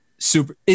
Super